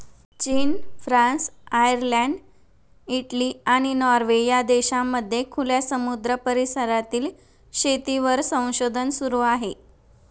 चीन, France, Ireland, Italy, आणि Norway या देशांमध्ये खुल्या समुद्र परिसरातील शेतीवर संशोधन सुरू आहे